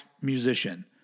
musician